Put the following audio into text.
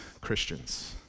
Christians